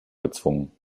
gezwungen